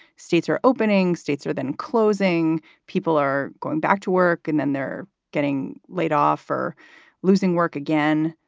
states are opening. states are then closing people are going back to work and then they're getting laid off or losing work again.